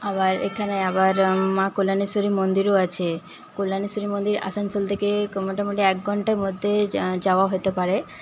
আবার এখানে আবার মা কল্যাণেশ্বরী মন্দিরও আছে কল্যাণেশ্বরী মন্দির আসানসোল থেকে মোটামুটি এক ঘণ্টার মধ্যে যাওয়া হতে পারে